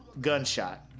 gunshot